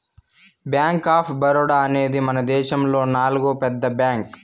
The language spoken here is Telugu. బ్యాంక్ ఆఫ్ బరోడా అనేది మనదేశములో నాల్గో పెద్ద బ్యాంక్